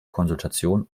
konsultationen